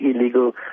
illegal